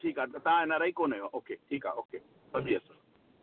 ठीकु आहे त तव्हां एन आर आई कोन्ह आहियो ओके ठीकु आहे ओके सम्झी वियुसि